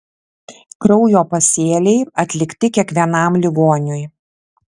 kraujo pasėliai atlikti kiekvienam ligoniui